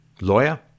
lawyer